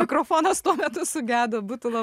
mikrofonas tuo metu sugedo būtumėme